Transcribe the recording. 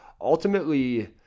ultimately